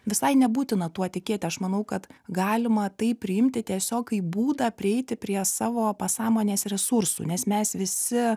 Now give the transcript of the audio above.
visai nebūtina tuo tikėti aš manau kad galima tai priimti tiesiog kaip būdą prieiti prie savo pasąmonės resursų nes mes visi